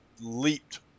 leaped